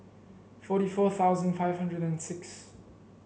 forty four thousand five hundred and six